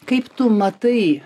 kaip tu matai